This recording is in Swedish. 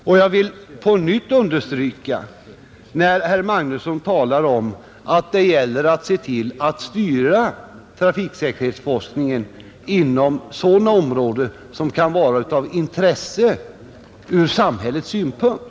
Herr Magnusson i Kristinehamn talade om att det gäller att se till att styra trafiksäkerhetsforskningen till sådana områden som kan vara av intresse ur samhällets synpunkt.